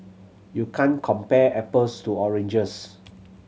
you can't compare apples to oranges